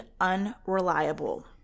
unreliable